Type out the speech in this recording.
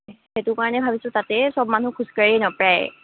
সেইটো কাৰণে ভাবিছোঁ তাতেই চব মানুহ খোজকাঢ়ি নাপায়